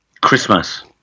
Christmas